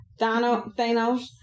Thanos